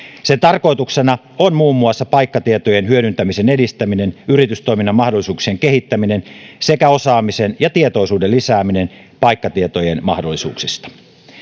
sen tarkoituksena on muun muassa paikkatietojen hyödyntämisen edistäminen yritystoiminnan mahdollisuuksien kehittäminen sekä osaamisen ja tietoisuuden lisääminen paikkatietojen mahdollisuuksista